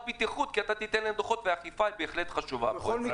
בטיחות כי אתה תיתן להם דוחות והאכיפה היא בהחלט חשובה פה.